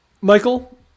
Michael